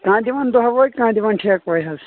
کانٛہہ دِوان دۄہ پٲٹھۍ کانٛہہ دِوان ٹھیکہٕ پٲٹھۍ حظ